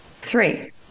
three